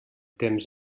temps